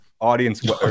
audience